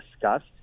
discussed